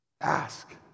Ask